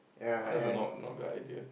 orh that's a not not bad idea